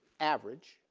average.